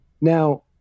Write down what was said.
Now